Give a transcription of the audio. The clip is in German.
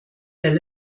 der